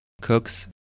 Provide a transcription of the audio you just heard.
Cooks